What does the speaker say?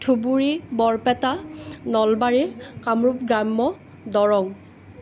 ধুবুৰী বৰপেটা নলবাৰী কামৰূপ গ্ৰাম্য দৰং